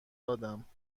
دادم